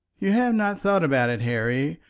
you have not thought about it, harry,